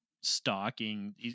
stalking